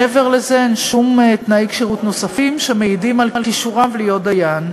מעבר לזה אין שום תנאי כשירות נוספים שמעידים על כישוריו להיות דיין.